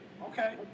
Okay